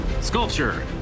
sculpture